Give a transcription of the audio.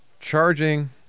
charging